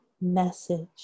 message